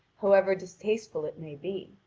however distasteful it may be.